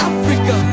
Africa